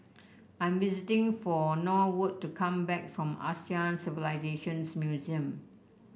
I'm for Norwood to come back from Asian Civilisations Museum